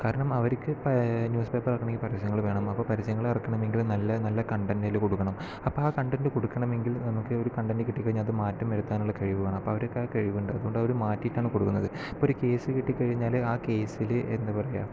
കാരണം അവർക്ക് ന്യൂസ് പേപ്പറാണെങ്കിൽ പരസ്യങ്ങൾ വേണം അപ്പോൾ പരസ്യങ്ങൾ ഇറക്കണമെങ്കിൽ നല്ല നല്ല കണ്ടെന്റ് അതില് കൊടുക്കണം അപ്പോൾ ആ കണ്ടന്റ് കൊടുക്കണമെങ്കിൽ നമുക്കൊരു കണ്ടന്റ് കിട്ടിക്കഴിഞ്ഞാൽ അത് മാറ്റം വരുത്തുവാനുള്ള കഴിവ് വേണം അപ്പോൾ അവരക്കാ കഴിവുണ്ട് അവര് ആ കണ്ടന്റ് മാറ്റീട്ടാണ് കൊടുക്കുന്നത് ഇപ്പോൾ ഒരു കേസ് കിട്ടിക്കഴിഞ്ഞാല് ആ കേസില് എന്താ പറയുക